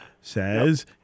says